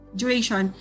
duration